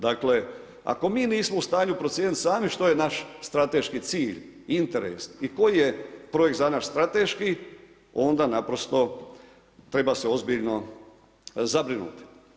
Dakle, ako mi nismo u stanju procijeniti sami što je naš strateški cilj, interes i koji je projekt za nas strateški onda naprosto treba se ozbiljno zabrinuti.